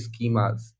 schemas